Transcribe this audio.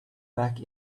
back